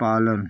पालन